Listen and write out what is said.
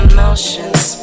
Emotions